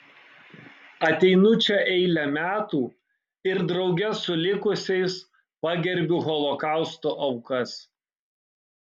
ateinu čia eilę metų ir drauge su likusiais pagerbiu holokausto aukas